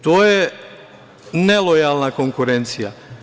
To je nelojalna konkurencija.